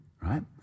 right